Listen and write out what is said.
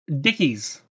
Dickies